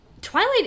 Twilight